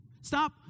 Stop